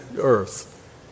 earth